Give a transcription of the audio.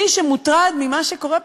מי שמוטרד ממה שקורה פה,